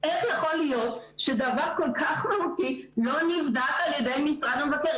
איך יכול להיות שדבר כל כך מהותי לא נבדק על ידי משרד המבקר.